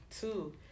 Two